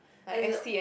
as in